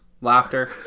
laughter